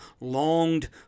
longed